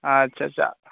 ᱟᱪᱪᱷᱟ ᱪᱷᱟ